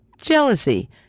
jealousy